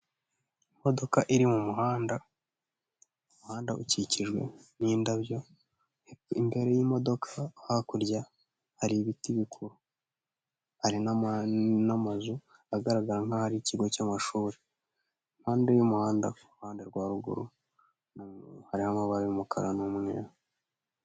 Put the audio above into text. Imodoka iri mu muhanda umuhanda ukikijwe n'indabyo imbere y'imodoka hakurya hari ibiti bikuru hari n'amazu agaragara nk'aho ari ikigo cy'amashuri impande y'umuhanda kuruhande rwa ruguru hariho amabara y'umukara n'umweru.